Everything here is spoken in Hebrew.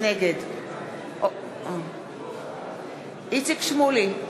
נגד איציק שמולי,